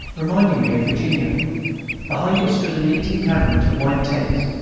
reminding me of virginia behind it stood a neat encampment of white tents,